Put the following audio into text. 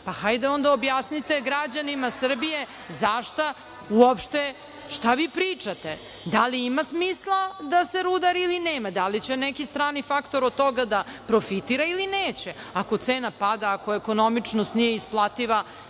pa hajde onda objasnite građanima Srbije šta vi pričate, da li ima smisla da se rudari ili nema? Da li će neki strani faktor od toga da profitira ili neće? Ako cena pada, ako ekonomičnost nije isplativa,